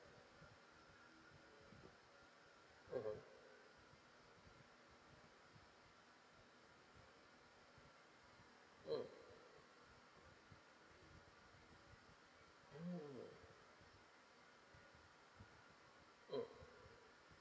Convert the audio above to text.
mmhmm mm mm mm